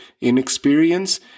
inexperience